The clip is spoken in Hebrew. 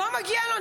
לא מגיעה לו?